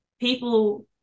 people